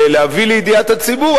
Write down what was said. להביא לידיעת הציבור,